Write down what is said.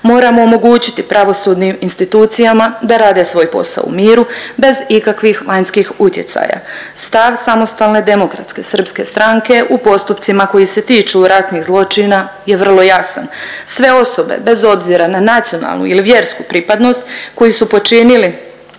Moramo omogućiti pravosudnim institucijama da rade svoj posao u miru bez ikakvih vanjskih utjecaja. Stav Samostalne demokratske srpske stranke u postupcima koji se tiču ratnih zločina je vrlo jasan. Sve osobe bez obzira na nacionalnu ili vjersku pripadnost koji su počinili